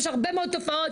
יש הרבה מאוד תופעות,